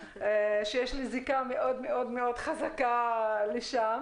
שיש לי זיקה מאוד מאוד מאוד חזקה לשם.